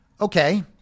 Okay